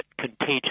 contagious